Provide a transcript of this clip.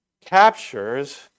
captures